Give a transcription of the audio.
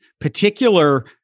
particular